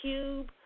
Cube